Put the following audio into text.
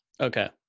Okay